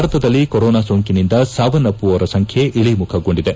ಭಾರತದಲ್ಲಿ ಕೊರೊನಾ ಸೋಂಕಿನಿಂದ ಸಾವನ್ನಪ್ಪುವವರ ಸಂಖ್ಯೆ ಇಳಿಮುಖಗೊಂಡಿದೆ